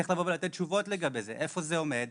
צריך לתת תשובות לגבי זה איפה זה עומד,